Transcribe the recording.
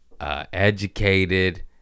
educated